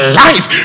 life